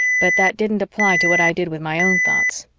but that didn't apply to what i did with my own thoughts.